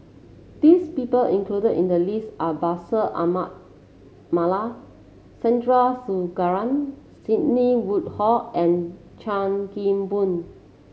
these people included in the list are Bashir Ahmad Mallal Sandrasegaran Sidney Woodhull and Chan Kim Boon